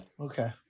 Okay